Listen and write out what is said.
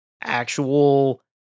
actual